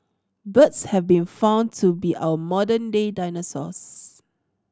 birds have been found to be our modern day dinosaurs